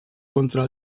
contra